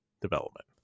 development